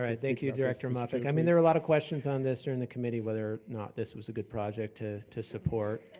thank you, director muffick. i mean, there are a lot of questions on this during the committee whether or not this was a good project to to support.